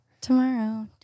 Tomorrow